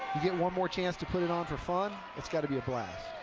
you get one more chance to put it on for fun, it's got to be a blast.